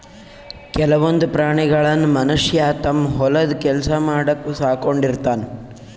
ಕೆಲವೊಂದ್ ಪ್ರಾಣಿಗಳನ್ನ್ ಮನಷ್ಯ ತಮ್ಮ್ ಹೊಲದ್ ಕೆಲ್ಸ ಮಾಡಕ್ಕ್ ಸಾಕೊಂಡಿರ್ತಾನ್